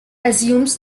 assumes